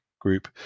group